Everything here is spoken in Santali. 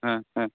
ᱦᱮᱸ ᱦᱮᱸ